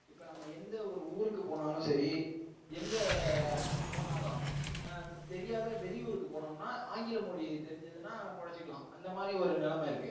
இப்போ நம்ம எந்த ஒரு ஊருக்கு போனாலும் சரி எங்கே போனாலும் தெரியாத வெளியூருக்கு போனோம்னா ஆங்கில மொழி தெரிஞ்சுதுனா பொழைச்சிக்கலாம் அந்த மாதிரி ஒரு நெலமை இருக்கு